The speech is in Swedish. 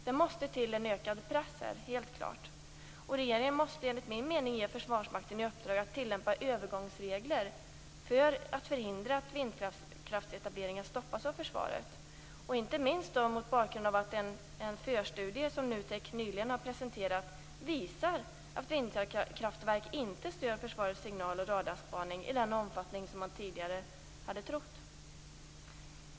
Det måste till en ökad press här! Regeringen måste enligt min mening ge Försvarsmakten i uppdrag att tillämpa övergångsregler för att förhindra att vindkraftsetableringar stoppas av försvaret, inte minst mot bakgrund av att en förstudie som NUTEK nyligen har presenterat visar att vindkraftverk inte stör försvarets signal och radarspaning i den omfattning som man tidigare hade trott.